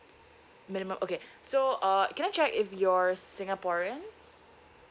minimum okay so uh can I check if you're singaporean